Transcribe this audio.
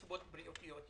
מסיבות בריאותיות,